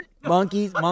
Monkeys